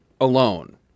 alone